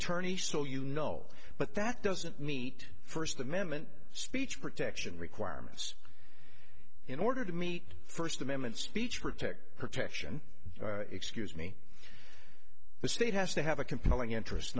orney so you know but that doesn't meet first amendment speech protection requirements in order to meet first amendment speech protect protection excuse me the state has to have a compelling interest